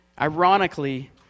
Ironically